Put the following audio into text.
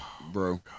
bro